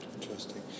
Interesting